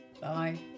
Bye